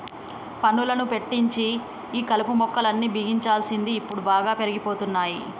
పనులను పెట్టించి ఈ కలుపు మొక్కలు అన్ని బిగించాల్సింది ఇప్పుడు బాగా పెరిగిపోతున్నాయి